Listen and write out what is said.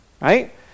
right